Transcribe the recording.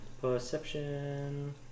Perception